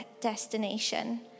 destination